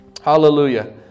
Hallelujah